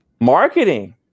Marketing